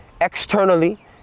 externally